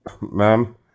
Ma'am